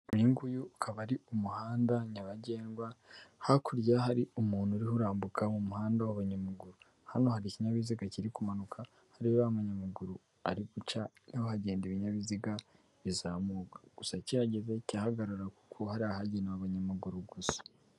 Unyu nguyu ukaba ari umuhanda nyabagendwa, hakurya hari umuntu uriho urambuka mu muhanda w'abanyamaguru. Hano hari ikinyabiziga kiri kumanuka, hariya uriya munyamaguru ari guca ni ho hagenda ibinyabiziga bizamuka, gusa kihageze kirahagarara kuko hariya hagenewe abanyamaguru gusa.